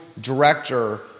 director